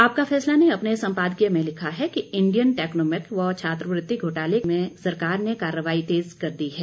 आपका फैसला ने अपने सम्पादकीय में लिखा है कि इंडियन टक्नोमेक व छात्रवृति के घोटाले में सरकार ने कार्रवाई तेज कर दी है